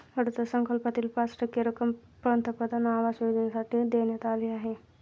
अर्थसंकल्पातील पाच टक्के रक्कम पंतप्रधान आवास योजनेसाठी देण्यात आली आहे